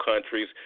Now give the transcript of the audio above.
countries